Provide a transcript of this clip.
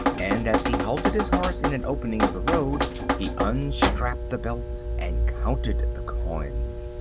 and as he halted his horse in an opening of the road he unstrapped the belt and counted the coins.